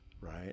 right